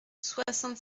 soixante